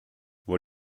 what